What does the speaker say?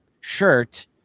shirt